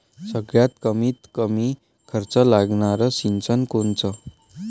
सगळ्यात कमीत कमी खर्च लागनारं सिंचन कोनचं?